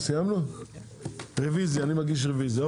אני מגיש רביזיה.